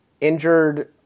injured